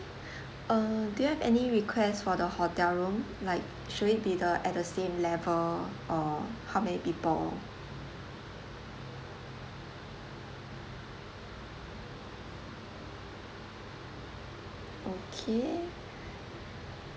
uh do you have any requests for the hotel room like should it be the at the same level uh how many people okay